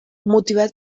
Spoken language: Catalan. motivat